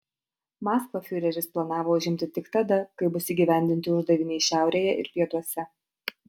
maskvą fiureris planavo užimti tik tada kai bus įgyvendinti uždaviniai šiaurėje ir pietuose